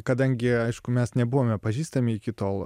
kadangi aišku mes nebuvome pažįstami iki tol